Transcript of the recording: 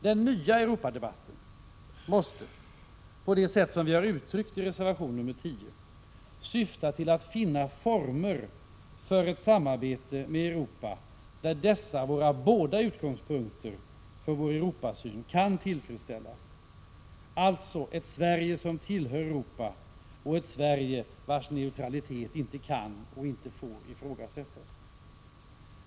Den nya Europadebatten måste, på det sätt som vi har uttryckt i reservation nr 10, syfta till att finna former för ett samarbete med Europa där dessa båda utgångspunkter för vår Europasyn kan tillfredsställas: ett Sverige som tillhör Europa och ett Sverige, vars neutralitet inte kan och inte får ifrågasättas.